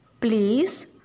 Please